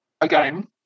again